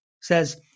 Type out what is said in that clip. says